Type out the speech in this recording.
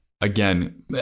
again